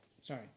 Sorry